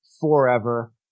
forever